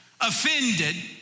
offended